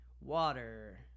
water